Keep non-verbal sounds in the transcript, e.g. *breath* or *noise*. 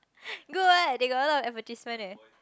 *breath* good ah they got a lot of advertisements eh